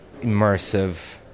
immersive